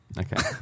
Okay